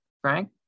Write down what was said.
Frank